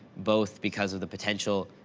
both because of the potential,